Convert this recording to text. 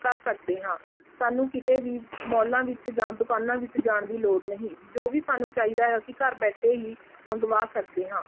ਕਰ ਸਕਦੇ ਹਾਂ ਸਾਨੂੰ ਕਿਤੇ ਵੀ ਮੋਲਾਂ ਵਿੱਚ ਜਾਂ ਦੁਕਾਨਾਂ ਵਿੱਚ ਜਾਣ ਦੀ ਲੋੜ ਨਹੀਂ ਜੋ ਵੀ ਸਾਨੂੰ ਚਾਹੀਦਾ ਅਸੀਂ ਘਰ ਬੈਠੇ ਹੀ ਮੰਗਵਾ ਸਕਦੇ ਹਾਂ